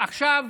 עכשיו,